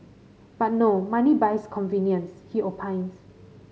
but no money buys convenience he opines